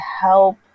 help